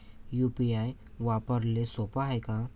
UPI वापराले सोप हाय का?